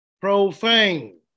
profane